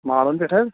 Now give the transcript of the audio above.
مالون پیٚٹھ حظ